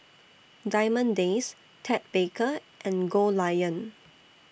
Diamond Days Ted Baker and Goldlion